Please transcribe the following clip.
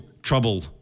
trouble